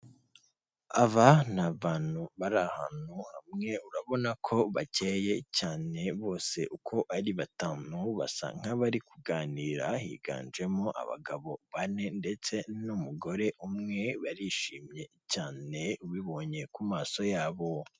Aba ni abantu bari ahantu hamwe urabona ko bakeye cyane bose uko ari batanu basa nk'abari kuganira higanjemo abagabo bane ndetse n'umugore umwe barishimye cyane ubibonye ku maso yabo.